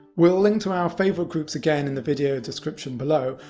we'll link to our favorite groups again in the video description below,